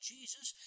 Jesus